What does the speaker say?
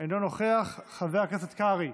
אינו נוכח, חבר הכנסת קרעי,